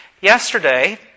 Yesterday